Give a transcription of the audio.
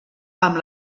amb